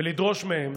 ולדרוש מהם